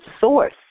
source